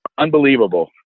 Unbelievable